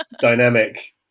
dynamic